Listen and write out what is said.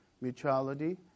mutuality